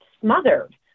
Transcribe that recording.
smothered